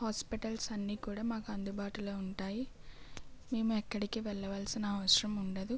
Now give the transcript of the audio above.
hospitals అన్నీ కూడా మాకు అందుబాటులో ఉంటాయి మేము ఎక్కడికి వెళ్ళవలసిన అవసరం ఉండదు